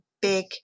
big